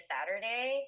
Saturday